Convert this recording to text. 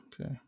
Okay